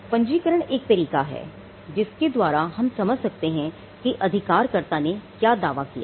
पंजीकरण एक तरीका है जिसके द्वारा हम समझ सकते हैं अधिकारकर्ता ने क्या दावा किया है